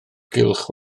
gylch